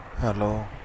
Hello